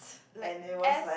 like S